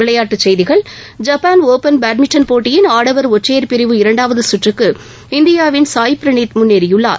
விளையாட்டுச் செய்கிகள் Japan open badminton போட்டியின் ஆடவர் ஒற்றையர் பிரிவு இரண்டாவது சுற்றுக்கு இந்தியாவின் சாய் பிரணீத் முன்னேறியுள்ளார்